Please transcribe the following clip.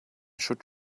should